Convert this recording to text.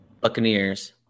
Buccaneers